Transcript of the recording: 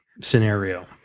scenario